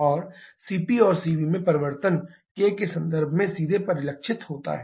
और CP और Cv में परिवर्तन K के संदर्भ में सीधे परिलक्षित होता है